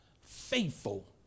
faithful